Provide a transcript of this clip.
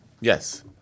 Yes